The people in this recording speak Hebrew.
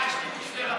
ביקשתי בשביל לפיד.